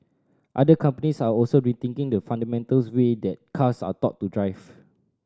other companies are also rethinking the fundamentals way that cars are taught to drive